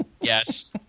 Yes